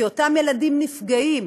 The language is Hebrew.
כי אותם ילדים נפגעים,